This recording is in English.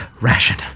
ration